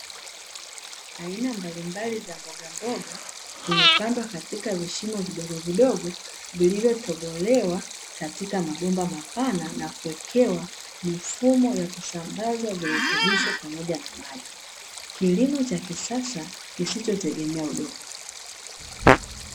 Aina mbalimbali za mbogamboga zimepandwa katika vishimo vidogovidogo, vilivyotobolewa katika mabomba mapana na kuwekewa mifumo ya kusambaza virutubisho pamoja na maji. Kilimo cha kisasa kisichotegemea udongo.